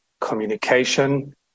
communication